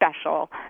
special